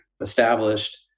established